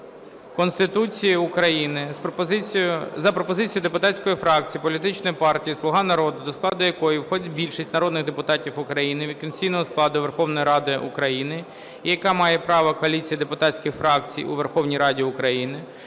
Конституції України за пропозицією депутатської фракції політичної партії "Слуга народу", до складу якої входить більшість народних депутатів України від конституційного складу Верховної Ради України, яка має права коаліції депутатських фракцій у Верховній Раді України,